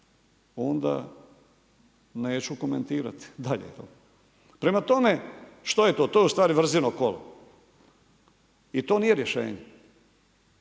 onda neću komentirati dalje. Prema tome, što je to? To je ustvari vrzino kolo i to nije rješenje.